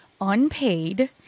unpaid